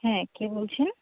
হ্যাঁ কে বলছেন